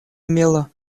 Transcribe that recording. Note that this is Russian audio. имело